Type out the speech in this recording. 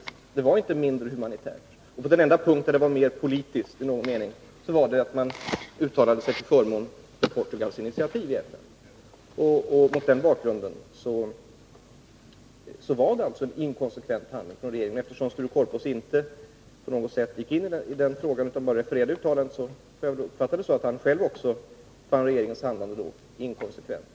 1980 års resolutionstext var inte mindre humanitär, och den enda punkt på vilken den var i någon mening mer politisk var uttalandet till förmån för Portugals initiativ i FN. Mot den bakgrunden var det en inkonsekvent handling av regeringen att avstå vid omröstningen i FN 1980. Eftersom Sture Korpås inte gick in på den frågan utan bara refererade uttalandet, måste jag uppfatta det så, att även han fann regeringens handlande då inkonsekvent.